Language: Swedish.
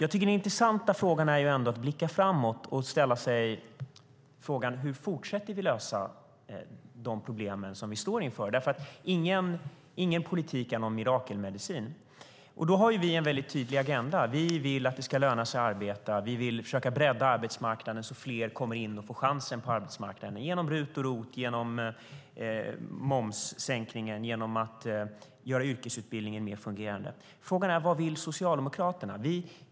Det intressanta är ändå att blicka framåt och ställa sig frågan: Hur fortsätter vi att lösa de problem vi står inför? Ingen politik är någon mirakelmedicin. Vi har en väldigt tydlig agenda. Vi vill att det ska löna sig att arbeta. Vi vill försöka bredda arbetsmarknaden så att fler kommer in och får chansen på arbetsmarknaden genom RUT och ROT, genom momssänkningen och genom att göra yrkesutbildningen mer fungerande. Frågan är: Vad vill Socialdemokraterna?